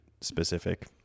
Specific